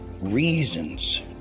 reasons